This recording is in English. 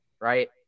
right